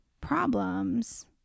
problems